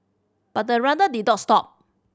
but the runners did not stop